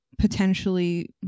potentially